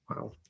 Wow